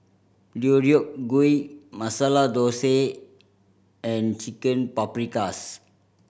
Deodeok Gui Masala Dosa and Chicken Paprikas